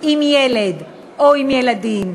עם ילד או עם ילדים,